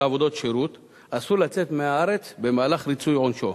עבודות שירות אסור לצאת מהארץ במהלך ריצוי עונשו.